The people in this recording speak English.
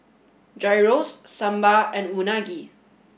Gyros Sambar and Unagi